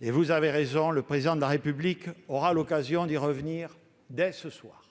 Vous avez raison, le Président de la République aura l'occasion d'y revenir dès ce soir.